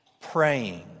praying